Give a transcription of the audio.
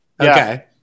Okay